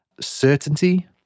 certainty